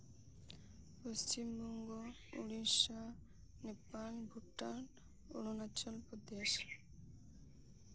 Paschimbanga Odisha Nepal Bhutan Arunachal Pradesh